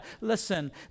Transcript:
listen